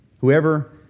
Whoever